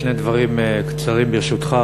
שני דברים קצרים, ברשותך.